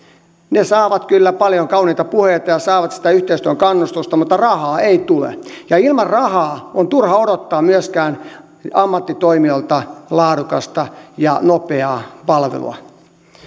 he saavat kyllä paljon kauniita puheita ja saavat sitä yhteistyöhön kannustusta mutta rahaa ei tule ja ilman rahaa on turha odottaa myöskään ammattitoimijoilta laadukasta ja nopeaa palvelua